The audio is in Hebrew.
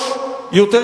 לכן,